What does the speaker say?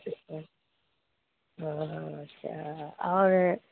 اچھا اور